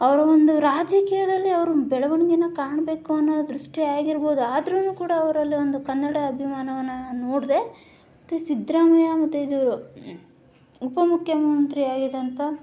ಅವರ ಒಂದು ರಾಜಕೀಯದಲ್ಲಿ ಅವರು ಬೆಳವಣಿಗೆಯನ್ನು ಕಾಣಬೇಕು ಅನ್ನೋ ದೃಷ್ಟಿಯಾಗಿರ್ಬೋದು ಆದರೂನು ಕೂಡ ಅವರಲ್ಲೊಂದು ಕನ್ನಡ ಅಭಿಮಾನವನ್ನು ನಾನು ನೋಡಿದೆ ಮತ್ತೆ ಸಿದ್ದರಾಮಯ್ಯ ಮತ್ತೆ ಇದು ಉಪಮುಖ್ಯಮಂತ್ರಿಯಾಗಿದ್ದಂಥ